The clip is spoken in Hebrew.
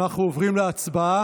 אנחנו עוברים להצבעה.